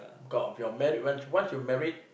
talk of married once once you married